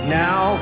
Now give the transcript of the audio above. now